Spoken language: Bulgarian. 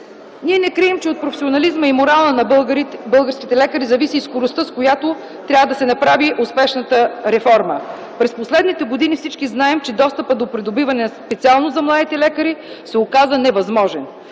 Ние не крием, че от професионализма и морала на българските лекари зависи скоростта, с която трябва да се направи успешната реформа. През последните години всички знаем, че достъпът за придобиване на специалност от младите лекари се оказва невъзможен.